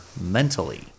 mentally